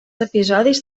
episodis